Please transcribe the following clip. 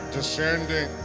Descending